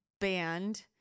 band